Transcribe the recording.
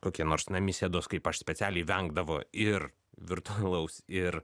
kokie nors namisėdos kaip aš specialiai vengdavo ir virtualaus ir